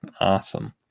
Awesome